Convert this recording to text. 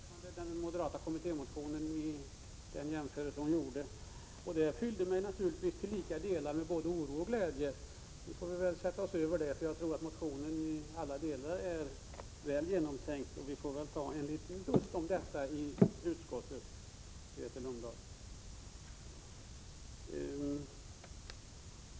Herr talman! Om jag förstod Grethe Lundblad rätt, uttryckte hon sig välvilligt om den moderata kommittémotionen i den jämförelse hon gjorde. Det fyllde mig naturligtvis till lika delar med oro och glädje, men det får vi sätta oss över, för jag tror att motionen är i alla delar väl genomtänkt. Vi får väl ta en liten dust om detta i utskottet, Grethe Lundblad.